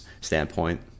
standpoint